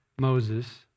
Moses